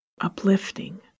uplifting